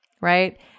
right